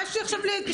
מה יש לי עכשיו לקושש?